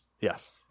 yes